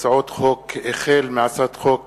החל בהצעת חוק